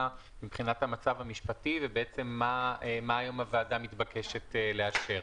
מבחינת המצב המשפטי ומה הוועדה מתבקשת לאשר.